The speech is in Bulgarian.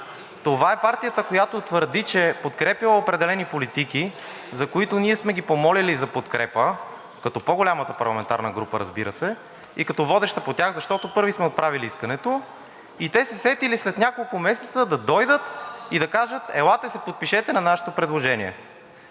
Това е партията, която твърди, че е подкрепяла определени политики, за които ние сме ги помолили за подкрепа като по-голямата парламентарна група, разбира се, и като водеща по тях, защото първи сме отправили искането и те се сетили след няколко месеца да дойдат и да кажат: елате се подпишете на нашето предложение.